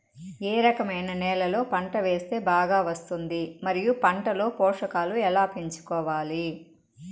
ఏ రకమైన నేలలో పంట వేస్తే బాగా వస్తుంది? మరియు పంట లో పోషకాలు ఎలా పెంచుకోవాలి?